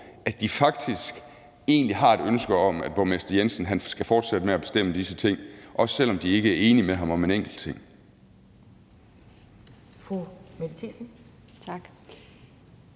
at de egentlig har et ønske om, at borgmester Jensen skal fortsætte med at bestemme disse ting, også selv om de ikke er enige med ham om en enkelt ting.